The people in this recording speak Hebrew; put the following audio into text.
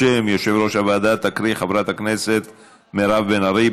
בשם יושב-ראש הוועדה תקריא חברת הכנסת מירב בן ארי.